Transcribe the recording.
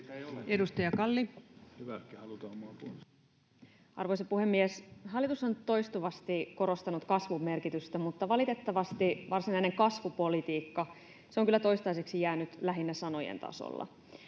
Edustaja Kalli. Arvoisa puhemies! Hallitus on toistuvasti korostanut kasvun merkitystä, mutta valitettavasti varsinainen kasvupolitiikka on kyllä toistaiseksi jäänyt lähinnä sanojen tasolle.